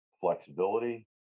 flexibility